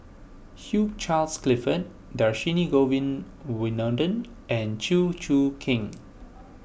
Hugh Charles Clifford Dhershini Govin Winodan and Chew Choo Keng